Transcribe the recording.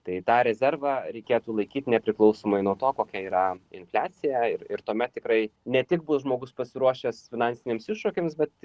tai tą rezervą reikėtų laikyt nepriklausomai nuo to kokia yra infliacija ir tuomet tikrai ne tik bus žmogus pasiruošęs finansiniams iššūkiams bet